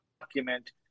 document